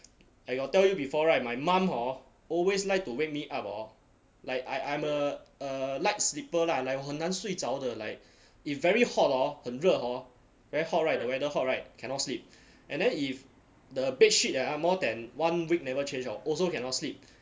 I got tell you before [right] my mum hor always like to wake me up orh like I I'm a a light sleeper lah like 我很难睡着的 like if very hot hor 很热 hor very hot [right] the weather hot [right] cannot sleep and then if the bedsheet ah more than one week never change orh also cannot sleep